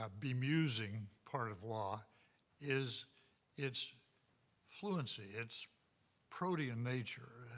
ah bemusing part of law is its fluency, its protean nature,